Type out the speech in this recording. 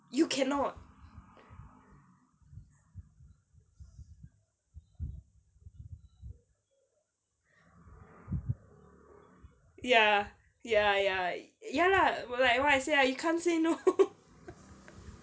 you cannot ya ya ya ya lah like what I say lah you can't say no